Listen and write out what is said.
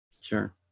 Sure